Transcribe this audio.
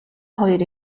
хоёр